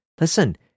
listen